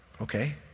okay